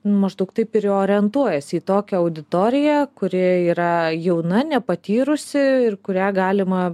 maždaug taip ir orientuojasi į tokią auditoriją kuri yra jauna nepatyrusi ir kurią galima